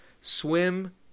swim